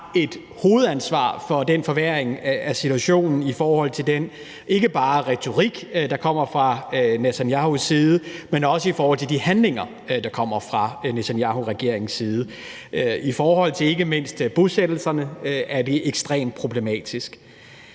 har et hovedansvar for den forværring af situationen i forhold til ikke bare den retorik, der kommer fra Benjamin Netanyahus side, men også i forhold til de handlinger, der kommer fra Netanyahuregeringens side. I forhold til ikke mindst bosættelserne er det ekstremt problematisk.